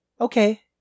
Okay